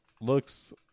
looks